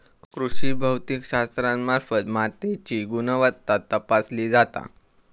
कृषी भौतिकशास्त्रामार्फत मातीची गुणवत्ता तपासली जाता